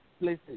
Places